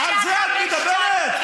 אין לה בעיה אם יש, על זה את מדברת?